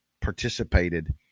participated